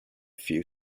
few